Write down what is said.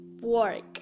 work